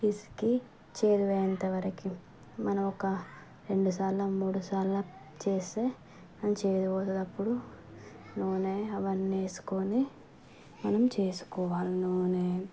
పిసికి చేదు పోయెంత వరకి మనం ఒక రెండు సార్లు మూడు సార్లు చేస్తే చేదు పోతుంది అప్పుడు నూనె అవన్నీ వేసుకోని మనం చేసుకోవాలి నూనె